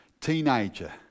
teenager